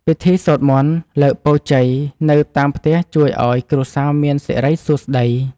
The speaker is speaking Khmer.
ពិធីសូត្រមន្តលើកពរជ័យនៅតាមផ្ទះជួយឱ្យគ្រួសារមានសិរីសួស្តី។